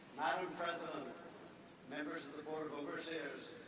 president and members of the board of overseers,